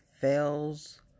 fails